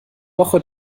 woche